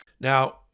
Now